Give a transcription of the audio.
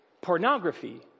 pornography